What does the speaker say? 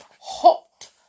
hot